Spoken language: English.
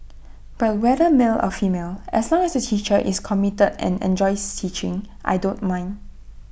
but whether male or female as long as the teacher is committed and enjoys teaching I don't mind